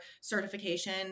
certification